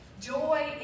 Joy